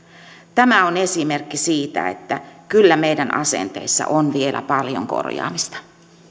tämä on esimerkki siitä että kyllä meidän asenteissa on vielä paljon korjaamista